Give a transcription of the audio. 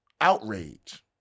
outrage